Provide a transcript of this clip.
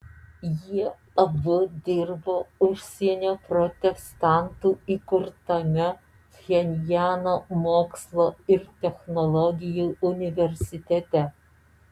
jie abu dirbo užsienio protestantų įkurtame pchenjano mokslo ir technologijų universitete